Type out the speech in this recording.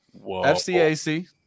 FCAC